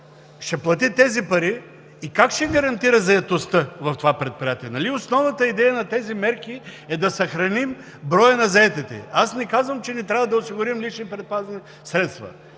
ще плати тези пари и как ще гарантира заетостта в това предприятие? Нали основната идея на тези мерки е да съхраним броя на заетите. Аз не казвам, че не трябва да осигурим лични предпазни средства.